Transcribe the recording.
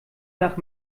nach